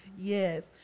Yes